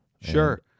Sure